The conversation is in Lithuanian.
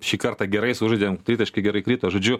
šį kartą gerai sužaidėm tritaškiai gerai krito žodžiu